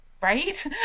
right